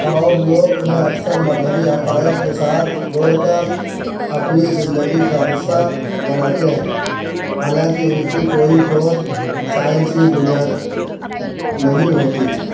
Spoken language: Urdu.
اور لوگ انہیں اکثر مذہبی عقائد کے ساتھ جوڑ کر اپنی زندگی کا حصہ بناتے ہیں حالانکہ ان کی کوئی ٹھوس سائنسی بنیاد نہیں ہوتی